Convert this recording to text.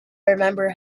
remember